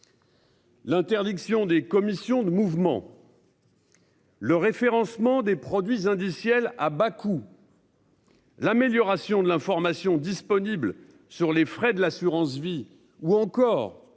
L'interdiction des commissions de mouvement. Le référencement des produits indiciels à Bakou. L'amélioration de l'information disponible sur les frais de l'assurance-vie ou encore